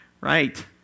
Right